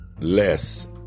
less